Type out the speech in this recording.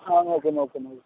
ആ നോക്കാം നോക്കാം നോക്കാം